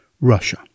Russia